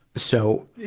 so,